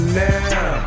now